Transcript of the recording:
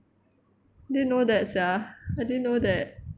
they know that sia I didn't know that